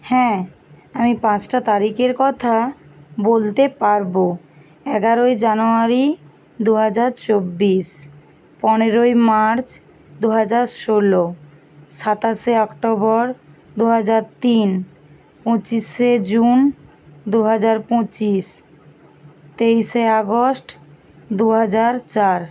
হ্যাঁ আমি পাঁচটা তারিখের কথা বলতে পারবো এগারোই জানুয়ারি দু হাজার চব্বিশ পনেরোই মার্চ দু হাজার ষোলো সাতাশে অক্টোবর দু হাজার তিন পঁচিশে জুন দু হাজার পঁচিশ তেইশে আগস্ট দু হাজার চার